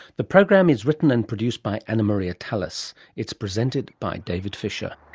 the program is written and produced by annamaria talas. it's presented by david fisher.